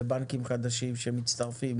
לבנקים חדשים שמצטרפים,